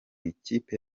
ikipe